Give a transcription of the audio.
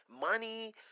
money